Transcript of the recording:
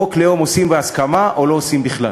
חוק לאום עושים בהסכמה או לא עושים בכלל.